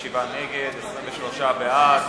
23 בעד,